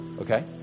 Okay